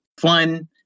fun